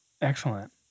Excellent